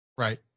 Right